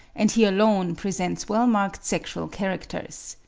and he alone presents well-marked sexual characters.